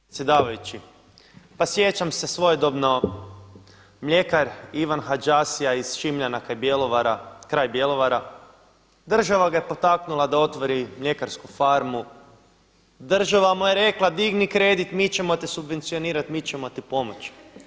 Predsjedavajući pa sjećam se svojedobno mljekar Ivan Hađasija iz Šimljana kraj Bjelovara država ga je potaknula da otvori mljekarsku farmu, država mu je rekla digni kredit mi ćemo te subvencionirati, mi ćemo ti pomoći.